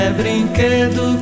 brinquedo